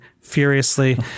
furiously